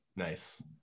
Nice